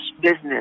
business